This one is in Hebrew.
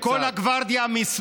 אני מבין שכל הגוורדיה משמאלי,